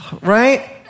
right